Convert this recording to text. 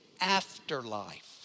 afterlife